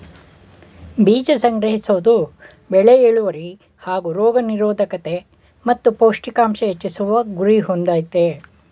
ಬೀಜ ಸಂಗ್ರಹಿಸೋದು ಬೆಳೆ ಇಳ್ವರಿ ಹಾಗೂ ರೋಗ ನಿರೋದ್ಕತೆ ಮತ್ತು ಪೌಷ್ಟಿಕಾಂಶ ಹೆಚ್ಚಿಸುವ ಗುರಿ ಹೊಂದಯ್ತೆ